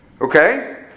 Okay